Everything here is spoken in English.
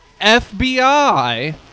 FBI